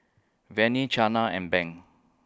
Vannie Chana and Banks